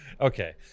Okay